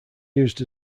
used